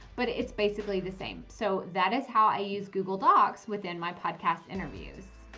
but it's basically the same. so that is how i use google docs within my podcast interviews.